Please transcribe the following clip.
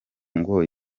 ngo